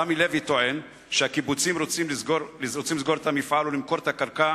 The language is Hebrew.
רמי לוי טוען שהקיבוצים רוצים לסגור את המפעל ולמכור את הקרקע,